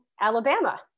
Alabama